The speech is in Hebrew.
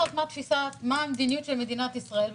לקבוע מה המדיניות של מדינת ישראל,